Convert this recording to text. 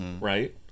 Right